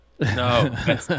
no